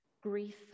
grief